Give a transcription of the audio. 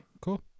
Cool